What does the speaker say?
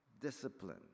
Discipline